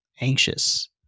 anxious